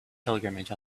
pilgrimage